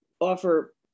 offer